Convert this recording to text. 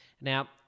Now